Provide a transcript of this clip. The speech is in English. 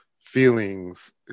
feelings